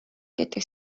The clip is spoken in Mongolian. гэдэг